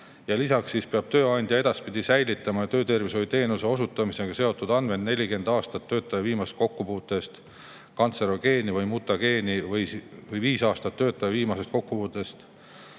Lisaks peab tööandja edaspidi säilitama töötervishoiuteenuse osutamisega seotud andmeid 40 aastat töötaja viimasest kokkupuutest kantserogeeni või mutageeniga ning viis aastat töötaja viimasest kokkupuutest